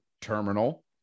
terminal